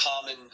common